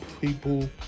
people